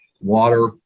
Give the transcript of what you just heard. water